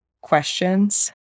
questions